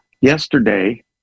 Yesterday